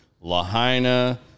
Lahaina